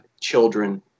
children